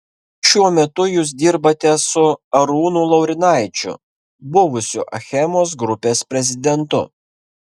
šiuo metu jūs dirbate su arūnu laurinaičiu buvusiu achemos grupės prezidentu